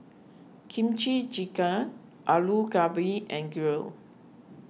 Kimchi Jjigae Alu Gobi and girl